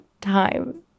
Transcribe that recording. time